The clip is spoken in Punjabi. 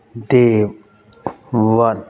ਡੇਵ ਵਨ